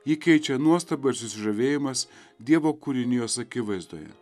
jį keičia nuostaba ir susižavėjimas dievo kūrinijos akivaizdoje